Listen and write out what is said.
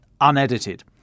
unedited